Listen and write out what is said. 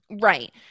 right